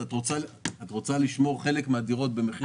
שאת רוצה לשמור חלק מהדירות במחיר מציאה.